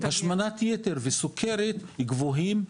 השמנת יתר וסוכרת הם גבוהים,